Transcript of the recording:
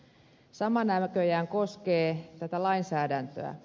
sama näköjään koskee tätä lainsäädäntöä